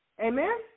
Amen